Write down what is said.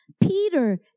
Peter